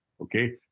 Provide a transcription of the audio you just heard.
okay